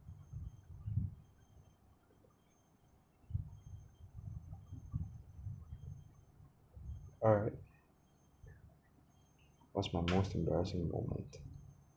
what's my most embarrassing moment